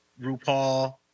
RuPaul